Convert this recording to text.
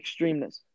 extremeness